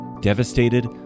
devastated